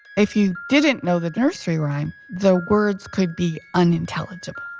if you didn't know the nursery rhyme the words could be unintelligible.